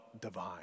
divine